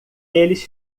eles